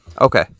okay